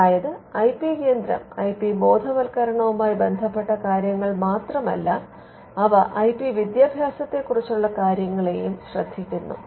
അതായത് I P കേന്ദ്രം I P ബോധവത്കരണവുമായി ബന്ധപ്പെട്ട കാര്യങ്ങൾ മാത്രമല്ല അവ ഐ പി വിദ്യാഭ്യാസത്തെക്കുറിച്ചുള്ള കാര്യങ്ങളെയും ശ്രദ്ധിക്കുന്നു